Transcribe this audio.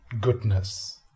goodness